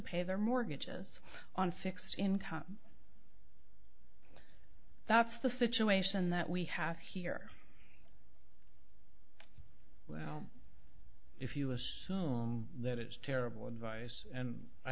pay their mortgages on fixed income that's the situation that we have here well if you assume that it is terrible advice and i